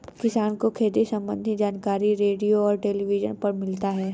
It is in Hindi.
किसान को खेती सम्बन्धी जानकारी रेडियो और टेलीविज़न पर मिलता है